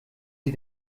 sie